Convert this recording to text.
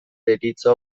deritzo